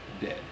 dead